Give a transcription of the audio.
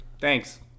Thanks